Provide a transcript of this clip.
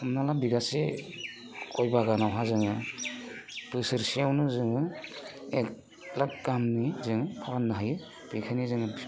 हमना ला बिगासे गय बागानावहा जोङो बोसोरसेयावनो जोङो एक लाख गाहामनि जों फाननो हायो बेखायनो जोङो